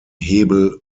hebel